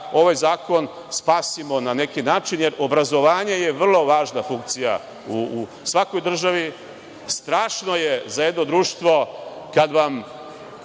ovaj zakon spasimo na neki način, jer obrazovanje je vrlo važna funkcija u svakoj državi. Strašno je za jedno društvo kad vam